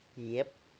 yup